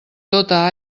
tota